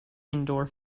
indoor